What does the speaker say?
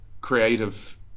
creative